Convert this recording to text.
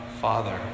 father